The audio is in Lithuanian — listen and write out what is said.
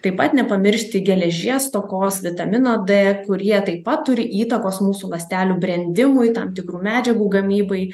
taip pat nepamiršti geležies stokos vitamino d kurie taip pat turi įtakos mūsų ląstelių brendimui tam tikrų medžiagų gamybai